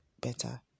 better